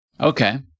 Okay